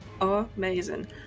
Amazing